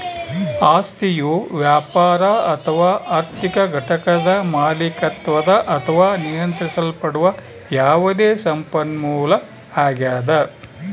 ಆಸ್ತಿಯು ವ್ಯಾಪಾರ ಅಥವಾ ಆರ್ಥಿಕ ಘಟಕದ ಮಾಲೀಕತ್ವದ ಅಥವಾ ನಿಯಂತ್ರಿಸಲ್ಪಡುವ ಯಾವುದೇ ಸಂಪನ್ಮೂಲ ಆಗ್ಯದ